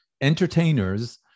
entertainers